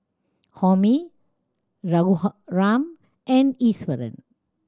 Homi Raghuram and Iswaran